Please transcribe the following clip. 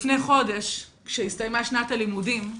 לפני חודש, כשהסתיימה שנת הלימודים,